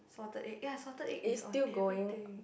salted egg ya salted egg is on everything